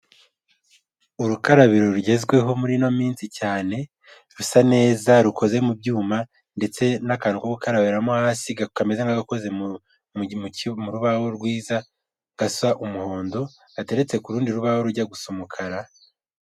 Urukarabiro rugezweho muri ino minsi cyane rusa neza rukoze mu byuma ndetse n'akantu ko gukarabiramo hasi kameze nk'agakoze mu rubaho rwiza gasa umuhondo gateretse ku rundi rubaho rujya gu gusa umukara.